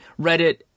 Reddit